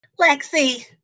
Lexi